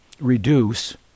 reduce